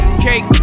Cake